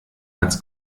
als